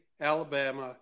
Alabama